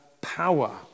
power